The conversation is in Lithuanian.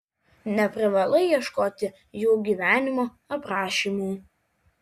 neprivalai ieškoti jų gyvenimo aprašymų